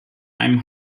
einem